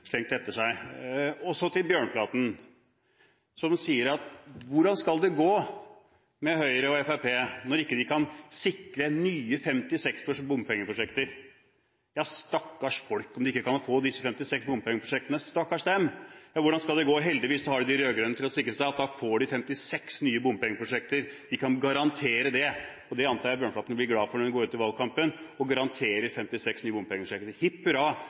slengt etter seg. Så til representanten Bjørnflaten, som spør hvordan skal det gå med Høyre og Fremskrittspartiet når ikke de kan sikre 56 nye bompengeprosjekter. Ja, stakkars folk om de ikke kan få disse 56 bompengeprosjektene. Stakkars dem – heldigvis har de de rød-grønne til å sikre at de får 56 nye bompengeprosjekter. De kan garantere det. Jeg antar at Bjørnflaten blir glad for det når de går ut i valgkampen og garanterer 56 nye